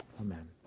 Amen